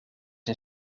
een